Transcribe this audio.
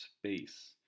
space